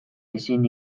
ezin